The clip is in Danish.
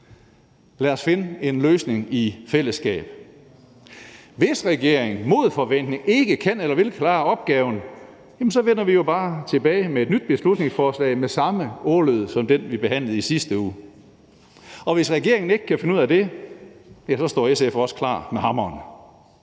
Lad os finde en løsning i fællesskab. Hvis regeringen imod forventning ikke kan eller vil klare opgaven, vender vi jo bare tilbage med et nyt beslutningsforslag med samme ordlyd som det, vi behandlede i sidste uge, havde. Og hvis regeringen ikke kan finde ud af det, står SF også klar med hammeren.